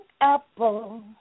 apple